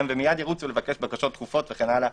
ומייד ירוצו לבקש בקשות דחופות וכן הלאה.